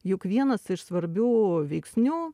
juk vienas iš svarbių veiksnių